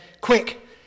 quick